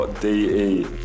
De